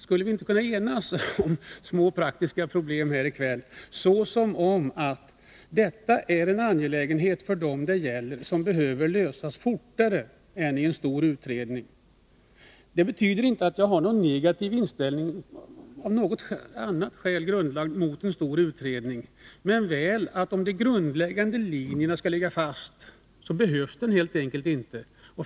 Skulle vi inte här i kväll kunna enas om att sådana problem behöver lösas fortare än i en stor utredning? Det betyder inte att jag har någon negativ inställning, grundad på något annat skäl, mot en stor utredning. Men om de grundläggande linjerna skall ligga fast, behövs den helt enkelt inte.